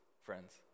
friends